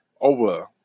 over